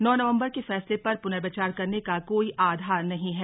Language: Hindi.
नौ नवंबर के फैसले पर पुनर्विचार करने का कोई आधार नहीं है